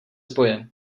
boje